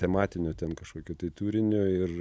tematinio ten kažkokio tai turinio ir